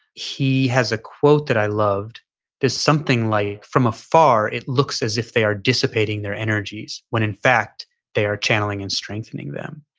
he has a quote that i loved that's something like, from afar it looks as if they are dissipating their energies when in fact they are channeling and strengthening them.